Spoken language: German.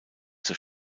zur